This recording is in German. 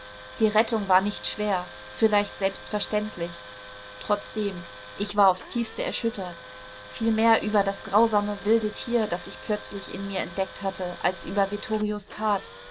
die rettung war nicht schwer vielleicht selbstverständlich trotzdem ich war aufs tiefste erschüttert viel mehr über das grausame wilde tier das ich plötzlich in mir entdeckt hatte als über vittorios tat